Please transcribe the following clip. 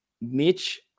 Mitch